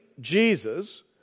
Jesus